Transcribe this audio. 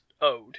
owed